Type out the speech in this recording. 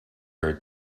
her